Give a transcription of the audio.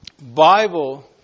Bible